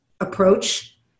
approach